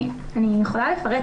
אני יכולה לפרט.